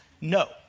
No